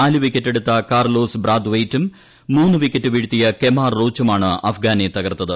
നാല് വിക്കറ്റെടുത്ത കാർലോസ് ബ്രാത്വെയ്റ്റും മൂന്ന് വിക്കറ്റ് വീഴ്ത്തിയ കെമാർ റോച്ചുമാണ് അഫ്ഗാനെ തകർത്തത്